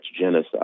genocide